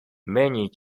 many